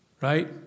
right